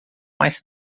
mais